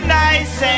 nice